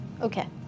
Okay